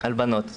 על בנות?